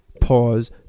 Pause